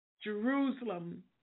Jerusalem